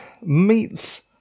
meets